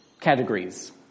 categories